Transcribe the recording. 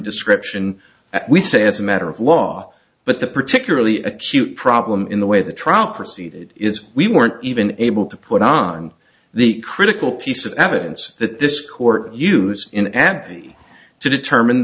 description we say as a matter of law but the particularly acute problem in the way the trial proceeded is we weren't even able to put on the critical piece of evidence that this court use in abbey to determine